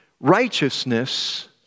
Righteousness